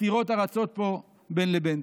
הסתירות הרצות פה בין לבין.